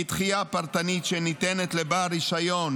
דחייה פרטנית שניתנת לבעל רישיון,